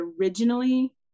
originally